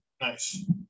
Nice